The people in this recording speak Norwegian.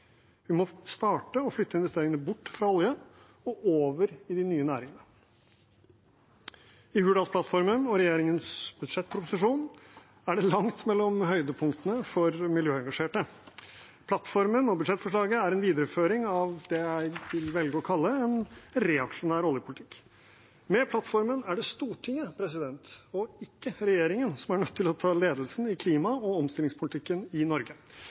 Vi må starte å flytte investeringene bort fra olje og over i de nye næringene. I Hurdalsplattformen og regjeringens budsjettproposisjon er det langt mellom høydepunktene for miljøengasjerte. Plattformen og budsjettforslaget er en videreføring av det jeg vil velge å kalle en reaksjonær oljepolitikk. Med plattformen er det Stortinget og ikke regjeringen som er nødt til å ta ledelsen i klima- og omstillingspolitikken i Norge.